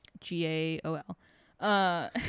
g-a-o-l